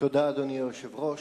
אדוני היושב-ראש,